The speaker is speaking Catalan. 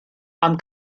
amb